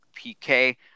PK